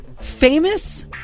Famous